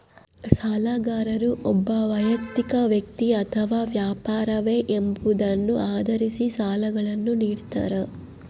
ಸಾಲಗಾರರು ಒಬ್ಬ ವೈಯಕ್ತಿಕ ವ್ಯಕ್ತಿ ಅಥವಾ ವ್ಯಾಪಾರವೇ ಎಂಬುದನ್ನು ಆಧರಿಸಿ ಸಾಲಗಳನ್ನುನಿಡ್ತಾರ